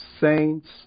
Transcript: saints